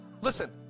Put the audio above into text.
Listen